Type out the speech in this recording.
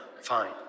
fine